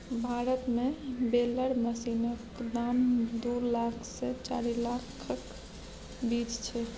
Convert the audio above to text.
भारत मे बेलर मशीनक दाम दु लाख सँ चारि लाखक बीच छै